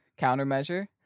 countermeasure